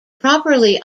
properly